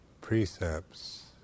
precepts